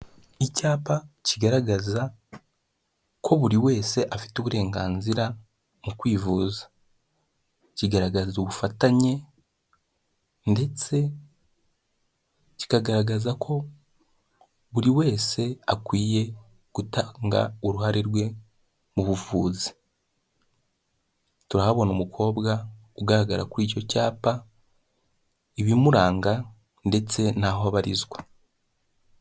Icyapa kigaragaza ko buri wese afite uburenganzira mu kwivuza. Kigaragaza ubufatanye ndetse kikagaragaza ko buri wese akwiye gutanga uruhare rwe mu buvuzi. Turahabona umukobwa ugaragara kuri icyo cyapa, ibimuranga ndetse n'aho abarizwa.